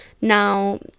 Now